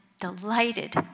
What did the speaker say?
delighted